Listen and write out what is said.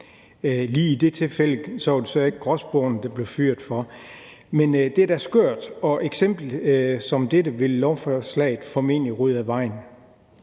Lige i det tilfælde var det så ikke gråspurvene, der blev fyret for. Men det er da skørt. Og et eksempel som dette vil lovforslaget formentlig rydde af vejen.